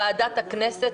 בוועדת הכנסת,